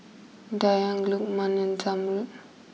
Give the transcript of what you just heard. Dayang Lukman and Zamrud